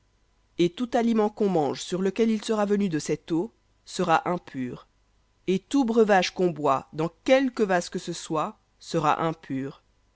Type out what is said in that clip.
et tout aliment qu'on mange sur lequel il sera venu de eau sera impur et tout breuvage qu'on boit dans quelque vase que ce soit sera impur